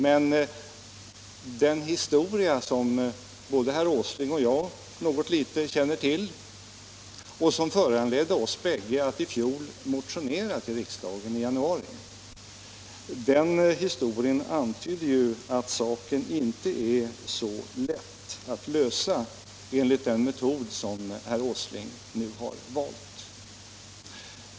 Men den historia, som både herr Åsling och jag något litet känner till och som föranledde oss bägge att i januari i fjol motionera till riksdagen, antyder ju att problemet inte är så lätt att lösa enligt den metod som herr Åsling nu har valt.